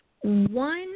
One